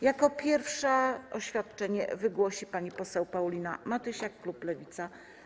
Jako pierwsza oświadczenie wygłosi pani poseł Paulina Matysiak, klub Lewica.